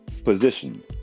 Position